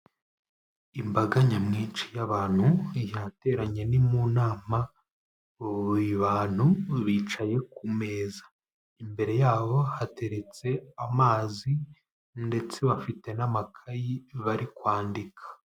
Imbaga nyamwinshi y'abantu, yateranye ni mu nama, abantu bicaye ku meza. Imbere yabo hateretse amazi, ndetse bafite n'amakayi bari kwandika.